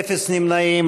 אין נמנעים.